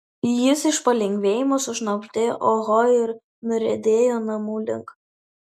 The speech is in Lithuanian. jis iš palengvėjimo sušnabždėjo oho ir nuriedėjo namų link